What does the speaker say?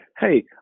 Hey